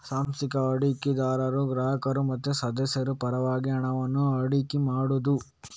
ಸಾಂಸ್ಥಿಕ ಹೂಡಿಕೆದಾರರು ಗ್ರಾಹಕರು ಮತ್ತೆ ಸದಸ್ಯರ ಪರವಾಗಿ ಹಣವನ್ನ ಹೂಡಿಕೆ ಮಾಡುದು